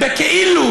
תן להם תעודת זהות